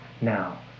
now